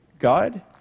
God